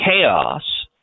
chaos